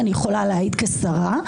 אני יכולה להעיד כשרה,